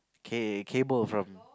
K Cable from